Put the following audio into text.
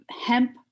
hemp